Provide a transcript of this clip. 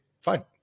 fine